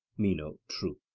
meno true.